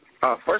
First